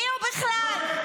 מיהו בכלל?